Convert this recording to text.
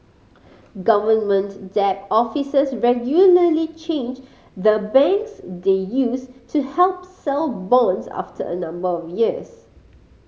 government debt officers regularly change the banks they use to help sell bonds after a number of years